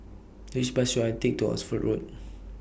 Which Bus should I Take to Oxford Road